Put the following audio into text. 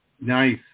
Nice